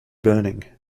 burning